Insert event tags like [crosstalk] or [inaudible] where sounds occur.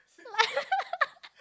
[laughs]